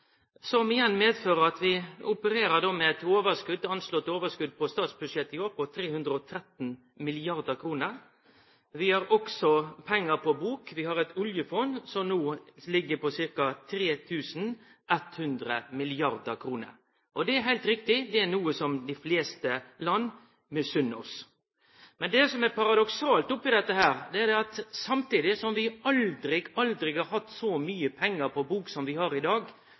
som igjen medfører at vi opererer med eit anslått overskot på statsbudsjettet i år på 313 mrd. kr. Vi har også pengar på bok: Vi har eit oljefond som no er på ca. 3 100 mrd. kr. Det er heilt riktig noko som dei fleste land misunner oss. Men det som er paradoksalt oppe i dette, er at samtidig som vi aldri, aldri har hatt så mykje pengar på bok som vi har i dag,